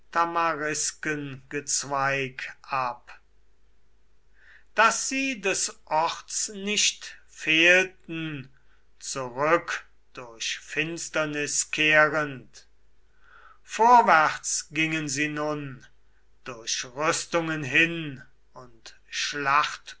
tamariskengezweig ab daß sie des orts nicht fehlten zurück durch finsternis kehrend vorwärts gingen sie nun durch rüstungen hin und